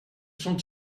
sont